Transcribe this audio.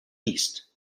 east